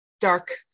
dark